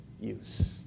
use